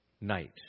Night